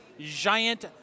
Giant